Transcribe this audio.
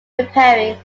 preparing